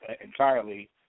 entirely